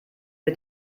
mit